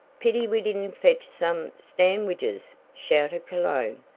pity we didn't fetch some standwiches, shouted cologne,